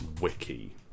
wiki